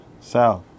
south